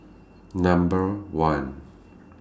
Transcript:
Number one